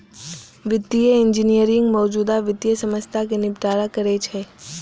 वित्तीय इंजीनियरिंग मौजूदा वित्तीय समस्या कें निपटारा करै छै